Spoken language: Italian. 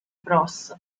bros